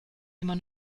immer